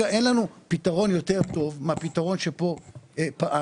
אבל כרגע אין לנו פתרון יותר טוב מהפתרון שבו פעלנו.